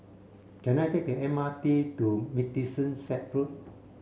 can I take the M R T to Middlesex Road